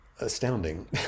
astounding